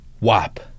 WAP